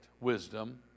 wisdom